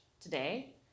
today